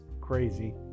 crazy